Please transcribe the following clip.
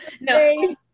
No